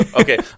Okay